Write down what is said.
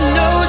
no